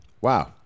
Wow